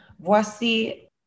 Voici